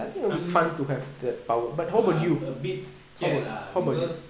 I'm I'm a bit scared lah because